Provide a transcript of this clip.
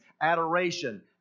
adoration